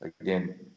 again